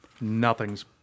nothing's